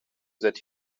that